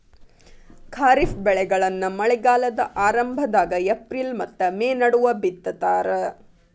ಖಾರಿಫ್ ಬೆಳೆಗಳನ್ನ ಮಳೆಗಾಲದ ಆರಂಭದಾಗ ಏಪ್ರಿಲ್ ಮತ್ತ ಮೇ ನಡುವ ಬಿತ್ತತಾರ